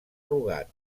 rugat